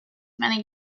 many